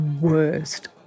worst